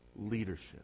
leadership